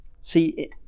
See